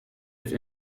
have